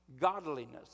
godliness